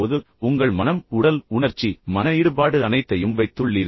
கேளுங்கள் நீங்கள் உங்கள் முழு மனதையும் உடலையும் உணர்ச்சியையும் மன ஈடுபாட்டையும் வைத்துள்ளீர்கள்